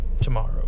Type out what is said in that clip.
tomorrow